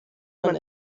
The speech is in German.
man